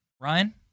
Ryan